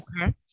Okay